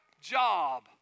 job